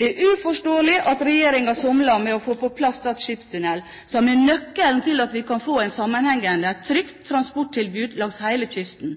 Det er uforståelig at regjeringen somler med å få på plass Stad skipstunnel, som er nøkkelen til at vi kan få et sammenhengende trygt transporttilbud langs hele kysten.